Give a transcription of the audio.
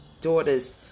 daughters